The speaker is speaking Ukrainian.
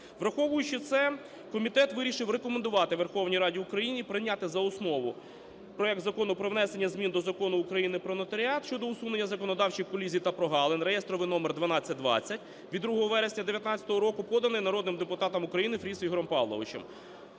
Враховуючи це, комітет вирішив рекомендувати Верховній Раді України прийняти за основу проект Закону про внесення змін до Закону України "Про нотаріат" (щодо усунення законодавчих колізій та прогалин) (реєстровий номер 1220 від 2 вересня 19-го року), поданий народним депутатом України Фрісом Ігорем Павловичем.